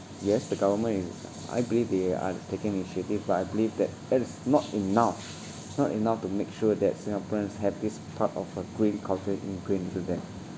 yes the government i~ I believe they are taking initiative but I believe that it is not enough not enough to make sure that singaporeans have this part of a green culture ingrained into them